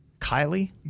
Kylie